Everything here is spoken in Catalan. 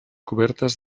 cobertes